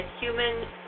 human